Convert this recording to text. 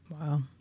Wow